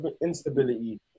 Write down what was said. instability